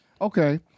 Okay